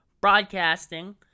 broadcasting